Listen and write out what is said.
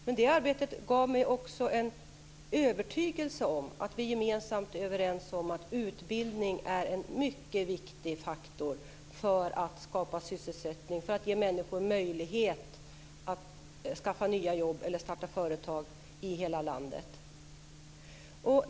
Men det arbetet gav mig också en övertygelse om att vi är överens om att utbildning är en mycket viktig faktor för att skapa sysselsättning och för att ge människor möjlighet att skaffa nytt jobb eller starta företag i hela landet.